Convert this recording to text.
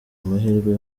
amahirwe